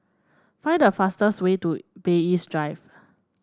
find the fastest way to Bay East Drive